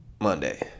Monday